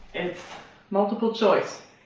it's multiple choice